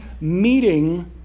meeting